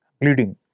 Bleeding